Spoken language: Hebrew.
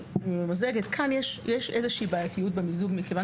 כאן יש איזושהי בעייתיות במיזוג מכיוון